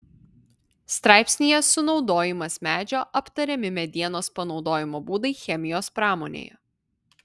straipsnyje sunaudojimas medžio aptariami medienos panaudojimo būdai chemijos pramonėje